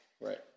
right